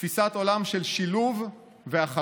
תפיסת עולם של שילוב והכלה.